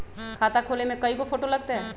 खाता खोले में कइगो फ़ोटो लगतै?